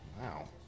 Wow